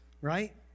right